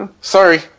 sorry